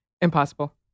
Impossible